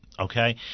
Okay